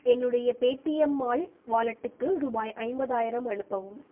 என்னுடைய Paytm mall வாலெட்டுக்கு ரூபாய் ஐம்பதாயிரம் அனுப்பவும்